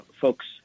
folks